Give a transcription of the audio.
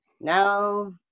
Now